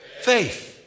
faith